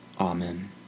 Amen